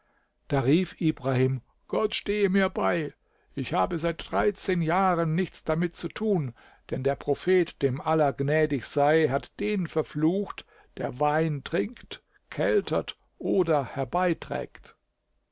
da rief ibrahim gott stehe mir bei ich habe seit dreizehn jahren nichts damit zu tun denn der prophet dem allah gnädig sei hat den verflucht der wein trinkt keltert oder